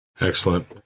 Excellent